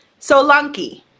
Solanki